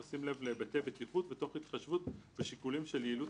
בשים לב להיבטי בטיחות ותוך התחשבות בשיקולים של יעילות